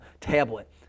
tablet